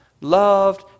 loved